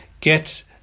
get